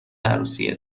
عروسی